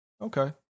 Okay